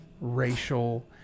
racial